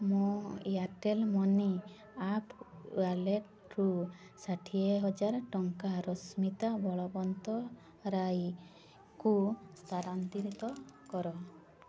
ମୋ Airtel money app ୱାଲେଟ୍ରୁ ଷାଠିଏ ହଜାର ଟଙ୍କା ରଶ୍ମିତା ବଳବନ୍ତରାୟଙ୍କୁ ସ୍ଥାନାନ୍ତରିତ କର